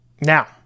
now